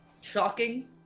shocking